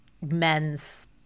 men's